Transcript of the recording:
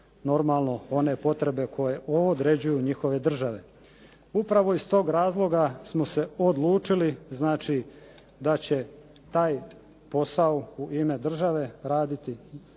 normalno one potrebe koje određuju njihove države. Upravo iz tog razloga smo se odlučili da će taj posao u ime države raditi